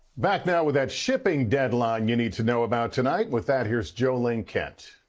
back now with that shipping deadline you need to know about tonight. with that here's jo ling kent.